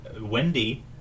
Wendy